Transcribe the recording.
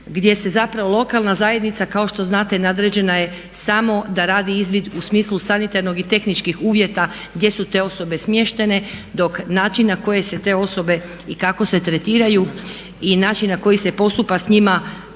gdje se zapravo lokalna zajednica kao što znate nadređena je sam oda radi izvid u smislu sanitarnog i tehničkih uvjeta gdje su te osobe smještene dok način na koji se te osobe i kako se tretiraju i način na koji se postupa s njima,